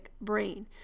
brain